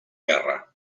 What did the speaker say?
guerra